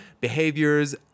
behaviors